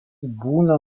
būna